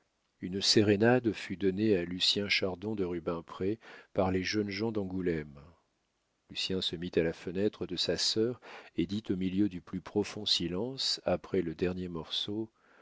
une sérénade fut donnée à lucien chardon de rubempré par les jeunes gens d'angoulême lucien se mit à la fenêtre de sa sœur et dit au milieu du plus profond silence après le dernier morceau